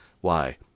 Why